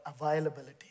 availability